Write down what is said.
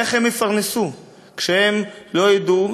איך הם יפרנסו כשהם לא יודעים